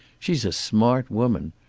she's a smart woman.